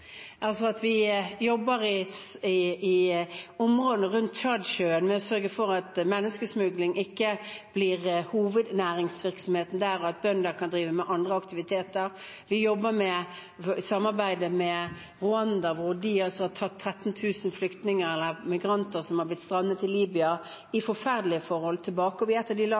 Vi jobber i områdene rundt Tchad-sjøen ved å sørge for at menneskesmugling ikke blir hovednæringsvirksomheten der, og at bønder kan drive med andre aktiviteter. Vi samarbeider med Rwanda, som har tatt tilbake 13 000 migranter som hadde strandet i Libya under forferdelige forhold. Vi er et av de landene som har sagt at vi kommer til å ta ut kvoter derfra, blant de